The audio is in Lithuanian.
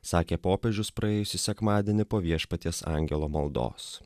sakė popiežius praėjusį sekmadienį po viešpaties angelo maldos